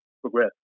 progress